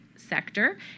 sector